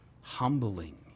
humbling